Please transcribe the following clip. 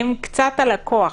הם קצת הלקוח.